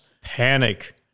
panic